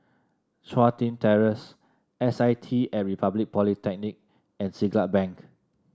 Chun Tin Terrace S I T Republic Polytechnic and Siglap Bank